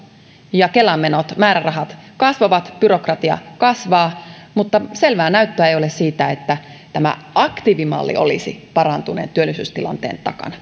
ja kelan menot määrärahat kasvavat byrokratia kasvaa mutta selvää näyttöä ei ole siitä että tämä aktiivimalli olisi parantuneen työllisyystilanteen takana